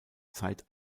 zeit